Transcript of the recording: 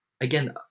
Again